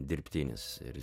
dirbtinis ir